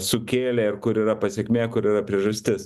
sukėlė ir kur yra pasekmė kur yra priežastis